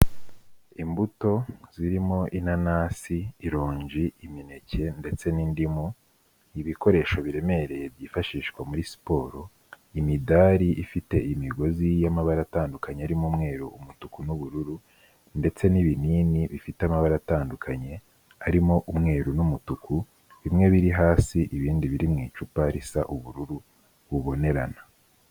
Imbuto zirimo inanasi, ironji, imineke ndetse n'indimu, ibikoresho biremereye byifashishwa muri siporo, imidari ifite imigozi y'amabara atandukanye arimo umweru, umutuku n'ubururu ndetse n'ibinini bifite amabara atandukanye arimo umweru n'umutuku, bimwe biri hasi ibindi biri mu icupa risa ubururu bubonerana.